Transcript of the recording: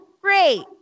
great